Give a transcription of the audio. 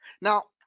Now